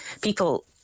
people